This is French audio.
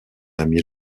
ami